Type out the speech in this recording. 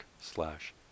slash